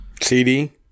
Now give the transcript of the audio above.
CD